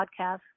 podcast